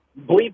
bleep